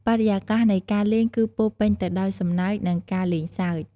បរិយាកាសនៃការលេងគឺពោរពេញទៅដោយសំណើច និងការលេងសើច។